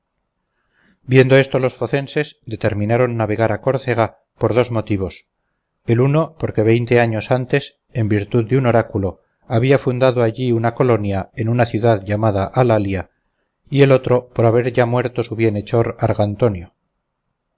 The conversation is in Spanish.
viendo esto los focenses determinaron navegar a córcega por dos motivos el uno porque veinte años antes en virtud de un oráculo habían fundado allí una colonia en una ciudad llamada alalia y el otro por haber ya muerto su bienhechor